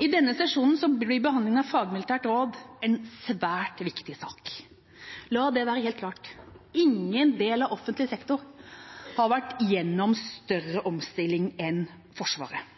I denne sesjonen blir behandlinga av fagmilitært råd en svært viktig sak. La det være helt klart: Ingen del av offentlig sektor har vært gjennom større omstilling enn Forsvaret.